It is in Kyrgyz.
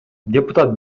депутат